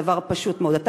דבר פשוט מאוד: אתה,